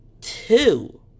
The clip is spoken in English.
Two